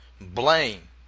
blame